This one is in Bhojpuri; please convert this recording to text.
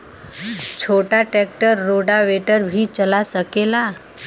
छोटा ट्रेक्टर रोटावेटर भी चला सकेला?